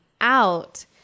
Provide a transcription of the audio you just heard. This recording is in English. out